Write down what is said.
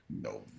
no